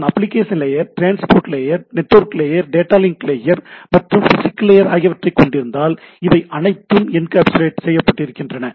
நான் application layer transport layer network layer data link layer மற்றும் physical layer ஆகியவற்றைக் கொண்டிருந்தால் இவை அனைத்தும் என்கேப்சுலேட் செய்யப்பட்டிருக்கின்றன